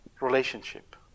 relationship